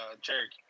Cherokee